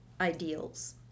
ideals